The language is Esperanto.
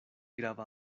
grava